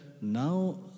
now